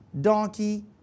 donkey